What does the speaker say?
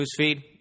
Newsfeed